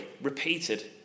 repeated